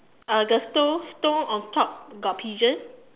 uh the stone stone on top got pigeon